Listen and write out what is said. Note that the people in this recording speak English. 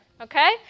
okay